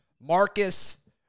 Marcus